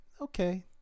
okay